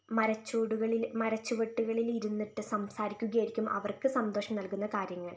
മരച്ചുവടുകളിൽ മരച്ചുവട്ടുകളിൽ ഇരുന്നിട്ട് സംസാരിക്കുകയായിരിക്കും അവർക്ക് സന്തോഷം നൽക്കുന്ന കാര്യങ്ങൾ